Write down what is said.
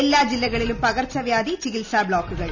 എല്ലാ ജില്ലകളിലും പകർച്ചവ്യാധി ചികിത്സാ ബ്ലോക്കുകൾ